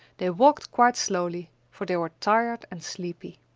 they walked quite slowly, for they were tired and sleepy.